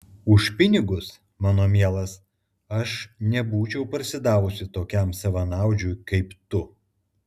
už pinigus mano mielas aš nebūčiau parsidavusi tokiam savanaudžiui kaip tu